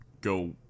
go